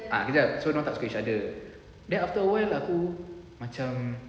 ah sekejap so dorang tak suka each other then after awhile aku macam